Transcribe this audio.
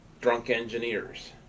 drunk engineers,